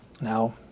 Now